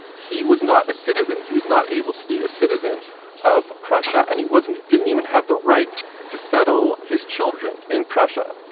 he was not a citizen. he was not able to be a citizen of prussia, and he wasn't, he didn't even have the right to settle his children in prussia.